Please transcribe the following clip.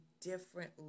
different